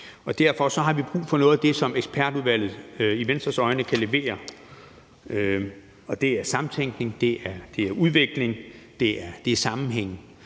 Derfor har vi brug for noget af det, som ekspertudvalget i Venstres øjne kan levere, og det er samtænkning, udvikling og sammenhæng.